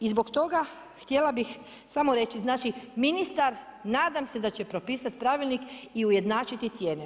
I zbog toga htjela bih samo reći, znači ministar nadam se da će propisati pravilnik i ujednačiti cijene.